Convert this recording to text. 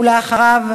ואחריו,